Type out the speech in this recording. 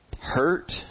hurt